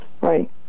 Right